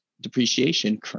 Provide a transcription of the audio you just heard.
depreciation